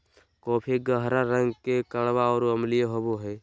coffee गहरा रंग के कड़वा और अम्लीय होबो हइ